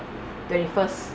twenty first